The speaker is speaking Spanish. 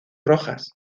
rojas